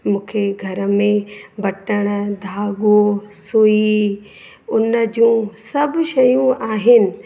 मूंखे घर में बटण धागो सुई उन जो सभु शयूं आहिनि